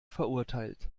verurteilt